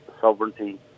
sovereignty